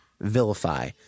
vilify